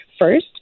first